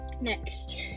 next